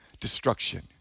destruction